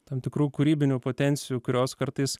tam tikrų kūrybinių potencijų kurios kartais